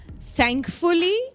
Thankfully